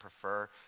prefer